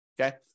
Okay